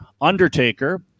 Undertaker